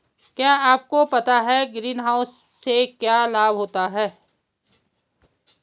क्या आपको पता है ग्रीनहाउस से क्या लाभ होता है?